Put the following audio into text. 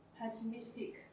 pessimistic